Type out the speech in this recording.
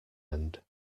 end